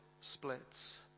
splits